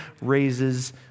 raises